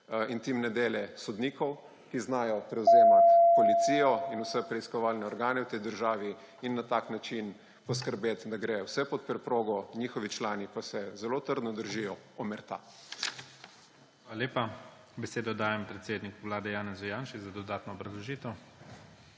intimne del sodnikov, ki znajo prevzemati policijo in vse preiskovalne organe v tej državi in na tak način poskrbeti, da gre vse pod preprogo, njihovi člani pa se zelo trdno držijo omęrta. **PREDSEDNIK IGOR ZORČIČ:** Hvala lepa. Besedo dajem predsedniku Vlade Janezu Janši za dodatno obrazložitev.